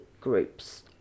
groups